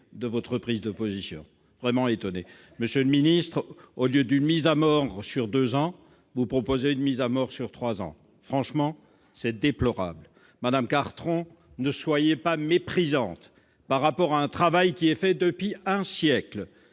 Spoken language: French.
de votre prise de position. Monsieur le ministre, au lieu d'une mise à mort en deux ans, vous proposez une mise à mort en trois ans. Franchement, c'est déplorable ! Madame Cartron, ne soyez pas méprisante ... Mais non !... à l'égard d'un travail qui est fait depuis un siècle.